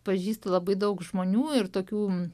pažįstu labai daug žmonių ir tokių